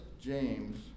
James